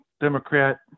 Democrat